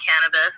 cannabis